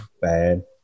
Bad